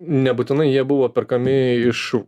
nebūtinai jie buvo perkami iš